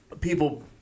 people